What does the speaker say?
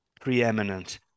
preeminent